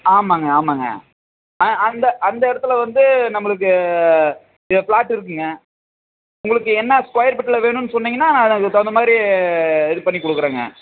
ஆமாங்க ஆமாங்க அந்த அந்த இடத்துல வந்து நம்மளுக்கு அங்க ஃபிளாட் இருக்குதுங்க உங்களுக்கு என்ன ஸ்கொயர் பீட்டில் வேணும்னு சொன்னீங்கன்னால் நான் அதுக்குத் தகுந்த மாதிரி இது பண்ணிக் கொடுக்கறேங்க